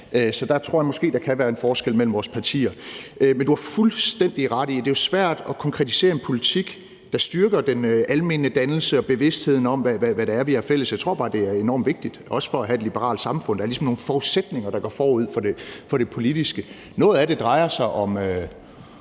Så der tror jeg måske, at der kan være en forskel mellem vores partier. Men du har fuldstændig ret i, at det jo er svært at konkretisere en politik, der styrker den almene dannelse og bevidstheden om, hvad det er, vi har fælles. Jeg tror bare, det er enormt vigtigt, også for at have et liberalt samfund, at der ligesom er nogle forudsætninger, der går forud for det politiske. Noget af det drejer sig om